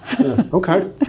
Okay